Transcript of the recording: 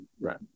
Right